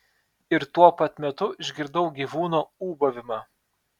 ir tuo pat metu išgirdau gyvūno ūbavimą